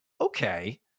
okay